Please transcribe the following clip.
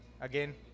again